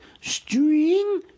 string